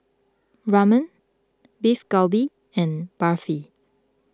Ramen Beef Galbi and Barfi